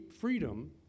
freedom